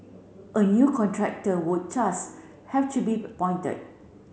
a new contractor would thus have to be appointed